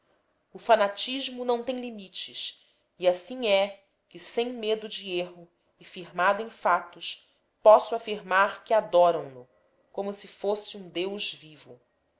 o fanatismo não tem limites e assim é quem sem medo de erro e firmando em fatos posso afirmar que adoram no como se fosse um deus vivo